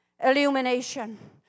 illumination